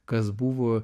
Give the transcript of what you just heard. kas buvo